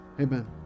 Amen